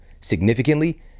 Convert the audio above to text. significantly